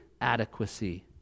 adequacy